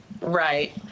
Right